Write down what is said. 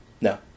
No